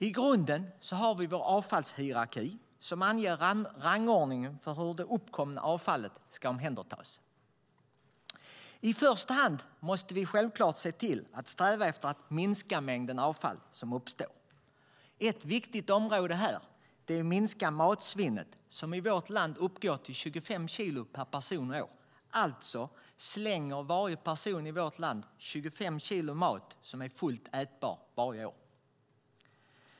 I grunden har vi vår avfallshierarki, som anger rangordningen för hur det uppkomna avfallet ska omhändertas. I första hand måste vi självklart se till att sträva efter att minska mängden avfall som uppstår. Ett viktigt område är att minska matsvinnet, vilket i vårt land uppgår till runt 25 kilo per person och år. Varje person i vårt land slänger alltså 25 kilo mat som är fullt ätbar varje år.